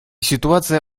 ситуация